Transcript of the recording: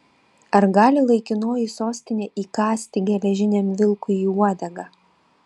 ar gali laikinoji sostinė įkąsti geležiniam vilkui į uodegą